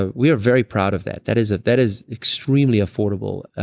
ah we are very proud of that. that is that is extremely affordable.